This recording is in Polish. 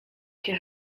się